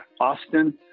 Austin